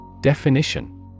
Definition